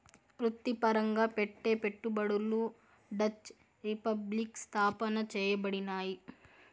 వృత్తిపరంగా పెట్టే పెట్టుబడులు డచ్ రిపబ్లిక్ స్థాపన చేయబడినాయి